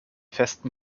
festen